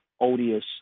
odious